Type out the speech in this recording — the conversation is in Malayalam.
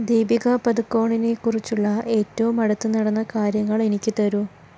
ദീപിക പദുക്കോണിനെ കുറിച്ചുള്ള ഏറ്റവും അടുത്ത് നടന്ന കാര്യങ്ങൾ എനിക്ക് തരൂ